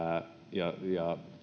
ja ja